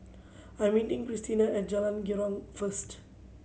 I'm meeting Krystina at Jalan Girang first